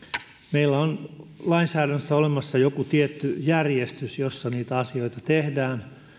meillä on lainsäädännössä olemassa joku tietty järjestys jossa niitä asioita tehdään